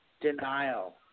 denial